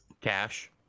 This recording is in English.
Cash